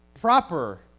proper